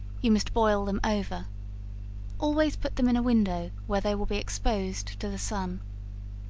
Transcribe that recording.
you must boil them over always put them in a window where they will be exposed to the sun.